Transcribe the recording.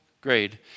grade